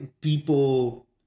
people